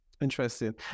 Interesting